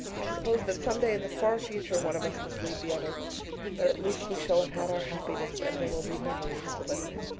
i suppose that some day in the far future one of us must leave the other but at least we shall have had our happiness and there will be memories to live with.